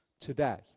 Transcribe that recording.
today